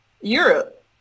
Europe